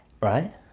right